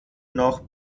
noch